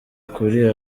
kuri